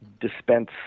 dispense